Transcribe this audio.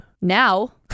Now